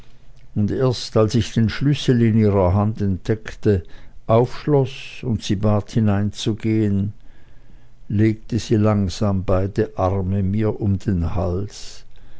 und erst als ich den schlüssel in ihrer hand entdeckte aufschloß und sie bat hineinzugehen legte sie langsam beide arme mir um den hals